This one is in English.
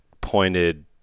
pointed